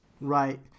Right